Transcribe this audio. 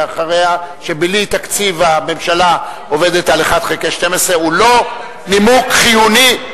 ובלי תקציב הממשלה עובדת על 1 חלקי 12 הוא לא נימוק חיוני,